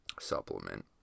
supplement